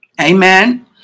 Amen